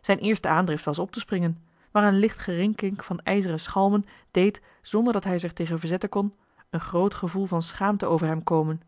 zijn eerste aandrift was op te springen maar een licht gerinkink van ijzeren schalmen deed zonder dat hij er zich tegen verzetten kon een groot gevoel van schaamte over hem komen